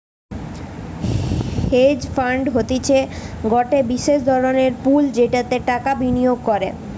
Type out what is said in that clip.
hedge fund হতিছে গটে বিশেষ ধরণের পুল যেটাতে টাকা বিনিয়োগ করে